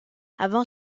avant